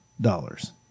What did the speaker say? dollars